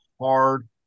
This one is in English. hard